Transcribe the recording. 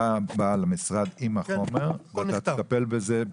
אתה בא למשרד עם החומר ואתה תטפל בזה.